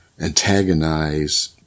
antagonize